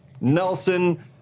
Nelson